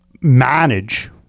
manage